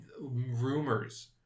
rumors